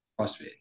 CrossFit